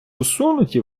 усунуті